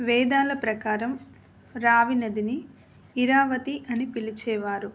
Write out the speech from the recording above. వేదాల ప్రకారం రావి నదిని ఇరావతి అని పిలిచేవారు